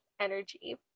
energy